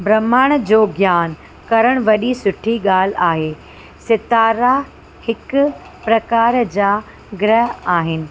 ब्रह्माण्ड में ज्ञानु करणु वॾी सुठी ॻाल्हि आहे सितारा हिकु प्रकार जा ग्रह आहिनि